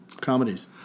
comedies